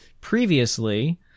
previously